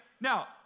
Now